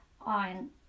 on